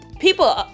People